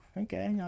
okay